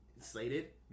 slated